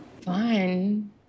Fun